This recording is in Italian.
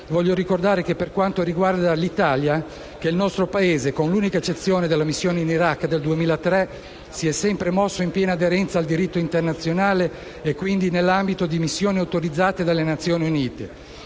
voglio ricordare che il nostro Paese, con l'unica eccezione della missione in Iraq del 2003, si è sempre mosso in piena aderenza al diritto internazionale e quindi nell'ambito di missioni autorizzate dalle Nazioni Unite.